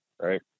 Right